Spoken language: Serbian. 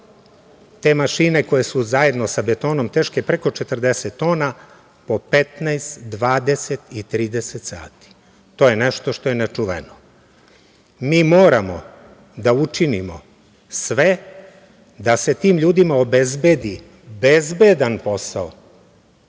te mašine koje su zajedno sa betonom teške preko 40 tona po 15, 20 i 30 sati. To je nešto što je nečuveno. Mi moramo da učinimo sve da se tim ljudima obezbedi bezbedan posao,